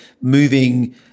moving